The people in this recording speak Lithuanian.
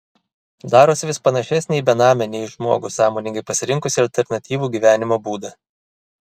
darosi vis panašesnė į benamę nei į žmogų sąmoningai pasirinkusį alternatyvų gyvenimo būdą